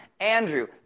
Andrew